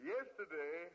Yesterday